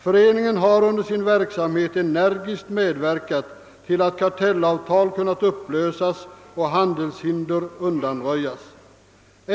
Föreningen har under sin verksamhet energiskt medverkat till att kartellavtal kunnat upplösas och handelshinder undanröjas.